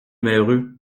malheureux